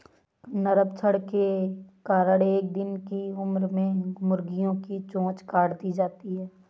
नरभक्षण के कारण एक दिन की उम्र में मुर्गियां की चोंच काट दी जाती हैं